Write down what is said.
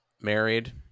married